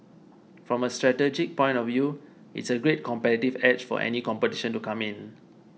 from a strategic point of view it's a great competitive edge for any competition to come in